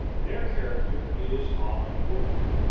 their character is all important.